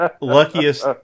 Luckiest